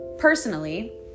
Personally